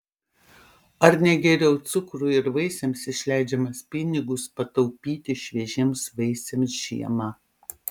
ar ne geriau cukrui ir vaisiams išleidžiamas pinigus pataupyti šviežiems vaisiams žiemą